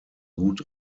gut